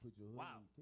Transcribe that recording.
Wow